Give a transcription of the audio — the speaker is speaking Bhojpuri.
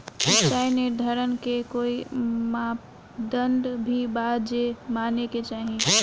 सिचाई निर्धारण के कोई मापदंड भी बा जे माने के चाही?